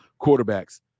quarterbacks